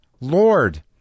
Lord